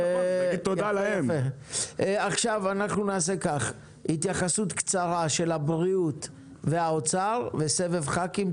אנחנו נעשה כך: התייחסות קצרה של הבריאות והאוצר וסבב ח"כים.